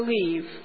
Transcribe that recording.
believe